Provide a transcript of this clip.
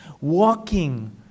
Walking